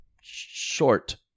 Short